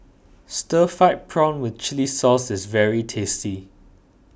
Stir Fried Prawn with Chili Sauce is very tasty